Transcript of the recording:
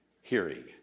hearing